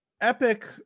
epic